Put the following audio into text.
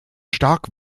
stark